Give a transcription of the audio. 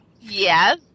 Yes